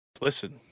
Listen